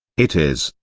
it is,